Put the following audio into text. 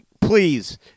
please